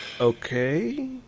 Okay